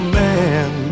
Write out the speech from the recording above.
man